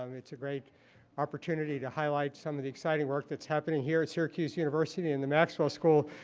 um it's a great opportunity to highlight some of the exciting work that's happening here at syracuse university in the maxwell school,